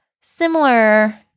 similar